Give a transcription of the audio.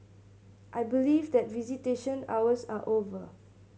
I believe that visitation hours are over